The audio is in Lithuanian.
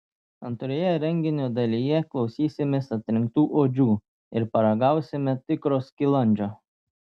antroje renginio dalyje klausysimės atrinktų odžių ir paragausime tikro skilandžio